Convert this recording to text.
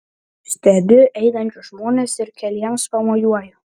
stebiu einančius žmones ir keliems pamojuoju